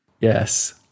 Yes